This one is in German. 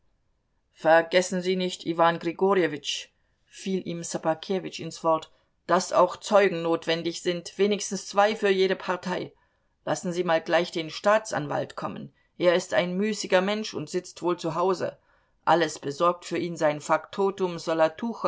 vergessen sie nicht iwan grigorjewitsch fiel ihm ssobakewitsch ins wort daß auch zeugen notwendig sind wenigstens zwei für jede partei lassen sie mal gleich den staatsanwalt kommen er ist ein müßiger mensch und sitzt wohl zu hause alles besorgt für ihn sein faktotum